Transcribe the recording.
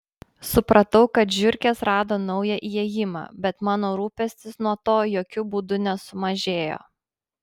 supratau kad žiurkės rado naują įėjimą bet mano rūpestis nuo to jokiu būdu nesumažėjo